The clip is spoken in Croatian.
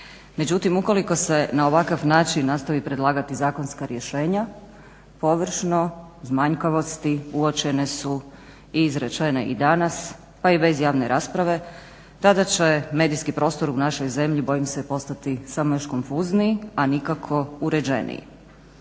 Međutim ukoliko se na ovakav način nastavi predlagati zakonska rješenja površno, uz manjkavosti uočene su i izrečene i danas pa i bez javne rasprave, tada će medijski prostor u našoj zemlji bojim se postati samo još konfuzniji, a nikako uređeniji.